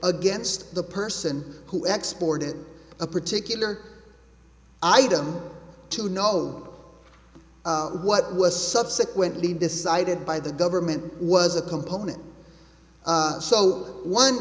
against the person who export it a particular item to no what was subsequently decided by the government was a component so one